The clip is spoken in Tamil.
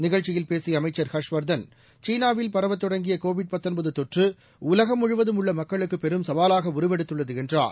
நிகழ்ச்சியில் பேசிய அமைச்சர் ஹர்ஷ்வர்தன்ஹ சீனாவில் பரவத் தொடங்கிய கோவிட் தொற்றுஇ உலகம் முழுவதும் உள்ள மக்களுக்கு பெரும் சவாலாக உருவெடுத்துள்ளது என்றார்